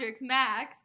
Max